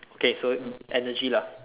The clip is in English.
okay so energy lah